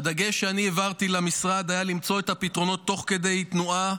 והדגש שאני העברתי למשרד היה למצוא את הפתרונות תוך כדי תנועה,